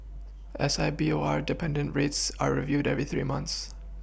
S I B O R dependent rates are reviewed every three months